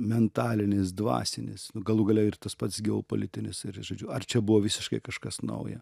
mentalinis dvasinis nu galų gale ir tas pats geopolitinis ir žodžiu ar čia buvo visiškai kažkas nauja